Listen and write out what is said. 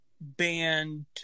band